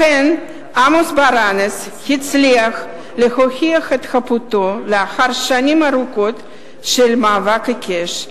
לכן עמוס ברנס הצליח להוכיח את חפותו לאחר שנים ארוכות של מאבק עיקש.